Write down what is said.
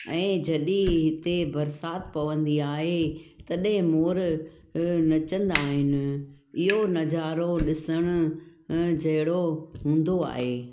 ऐं जॾहिं हिते बरसाति पवंदी आहे तॾहिं मोर नचंदा आहिनि इहो नज़ारो ॾिसण जहिड़ो हूंदो आहे